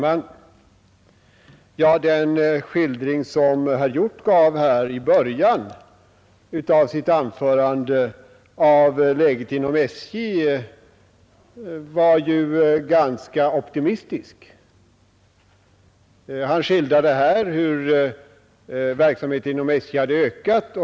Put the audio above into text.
Fru talman! Den skildring av läget inom SJ som herr Hjorth gav här i början av sitt anförande var ju ganska optimistisk. Han skildrade hur verksamheten inom SJ har ökat.